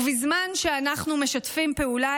ובזמן שאנחנו משתפים פעולה,